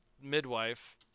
midwife